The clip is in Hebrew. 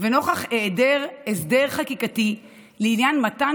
ונוכח היעדר הסדר חקיקתי לעניין מתן